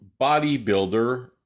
bodybuilder